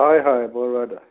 হয় হয় বৰুৱাদা